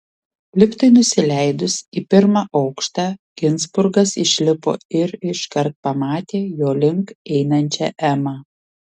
liftui nusileidus į pirmą aukštą ginzburgas išlipo ir iškart pamatė jo link einančią emą